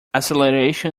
acceleration